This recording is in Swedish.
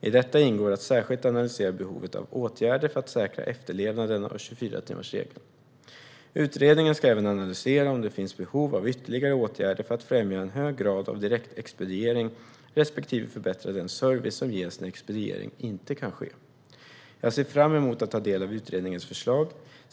I detta ingår att särskilt analysera behovet av åtgärder för att säkra efterlevnaden av 24-timmarsregeln. Utredningen ska även analysera om det finns behov av ytterligare åtgärder för att främja en hög grad av direktexpediering respektive förbättra den service som ges när expediering inte kan ske. Jag ser fram emot att ta del av utredningens förslag.